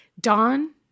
Dawn